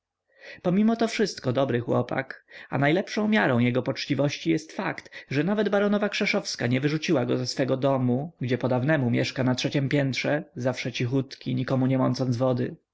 pomimo to wszystko dobry chłopak a najlepszą miarą jego poczciwości jest fakt że nawet baronowa krzeszowska nie wyrzuciła go ze swego domu gdzie podawnemu mieszka na trzeciem piętrze zawsze cichutki nikomu nie mącąc wody